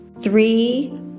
three